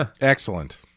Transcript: Excellent